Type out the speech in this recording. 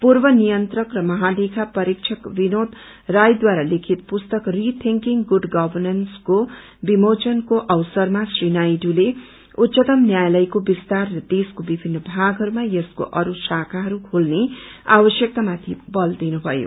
पूर्व नियन्त्रक र महालेखा परीक्षक बिनोद रायद्वारा लिखित पुस्तक आरसी थिंकिंग गुड गभरनेन्स को बिमोचनको अवसरमा श्री नायडूले उच्चतम न्यायालयको बिस्तार र देशको बिभिन्न भागहरूमा यसको अरू शाखाहरू खोल्ने आवश्यक्तमाथि बल दिनुभयो